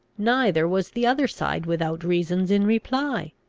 neither was the other side without reasons in reply.